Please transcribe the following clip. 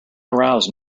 arouse